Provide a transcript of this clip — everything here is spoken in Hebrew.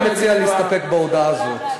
אני מציע להסתפק בהודעה הזאת.